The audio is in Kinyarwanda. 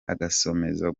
azakomeza